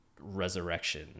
resurrection